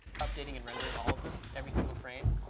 updating and rendering all of them, every single frame.